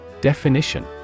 Definition